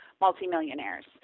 multimillionaires